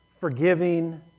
forgiving